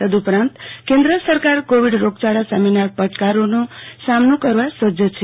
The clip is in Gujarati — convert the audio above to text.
તદઉપરાંત કેન્દ્ર સરકાર કોવિડ રોગચાળા સામેના પડકારોનો સામનો કરવા સજજ છે